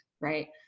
right